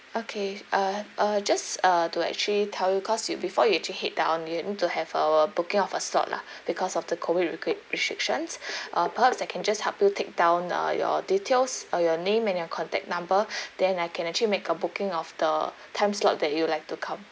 okay uh uh just uh to actually tell you cause you before you actually head down you need to have our booking of a slot lah because of the COVID recruit restrictions uh perhaps I can just help to take down uh your details or your name and your contact number then I can actually make a booking of the time slot that you'd like to come